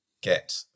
get